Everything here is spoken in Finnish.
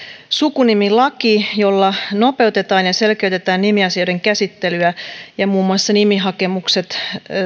sukunimilaki jolla nopeutetaan ja selkeytetään nimiasioiden käsittelyä ja muun muassa nimihakemukset